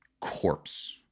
corpse